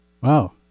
Wow